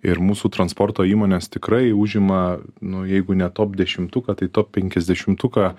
ir mūsų transporto įmonės tikrai užima nu jeigu ne top dešimtuką tai top penkiasdešimtuką